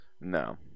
No